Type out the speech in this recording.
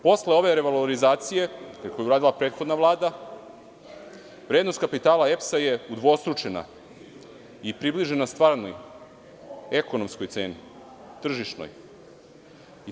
Posle ove revalorizacije koju je uradila prethodna Vlada, vrednost kapitala EPS-a je udvostručena i približena stvarnoj, ekonomskoj i tržišnoj ceni.